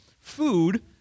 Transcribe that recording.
Food